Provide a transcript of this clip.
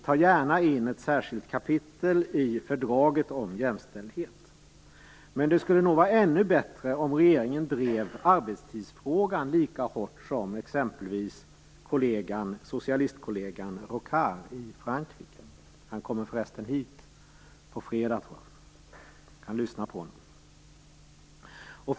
Tag gärna in ett särskilt kapitel om jämställdhet i fördraget. Men det skulle nog vara ännu bättre om regeringen drev arbetstidsfrågan lika hårt som exempelvis socialistkollegan Rocard i Frankrike. Han kommer förresten hit på fredag, då man kan lyssna på honom.